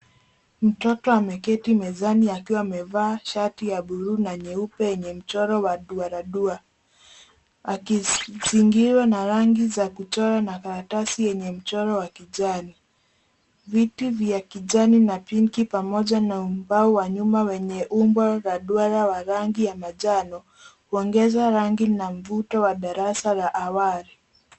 Mtoto ameketi mezani akiwa amevaa shati ya bluu na nyeupe yenye mchoro wa duaradua akizingirwa na rangi za kuchora na karatasi yenye mchoro wa kijani. Viti vya kijani na pinki pamoja na umbao wa nyuma wenye umbo la duara wa rangi ya manjano huongeza rangi na mvuto wa darasa la awali.